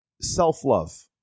Self-love